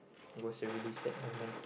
it was a really sad moment